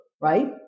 right